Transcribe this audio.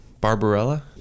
Barbarella